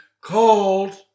called